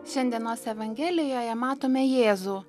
šiandienos evangelijoje matome jėzų